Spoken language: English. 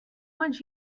much